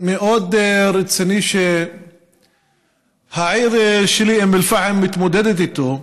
מאוד רציני שהעיר שלי, אום אל-פחם, מתמודדת איתו.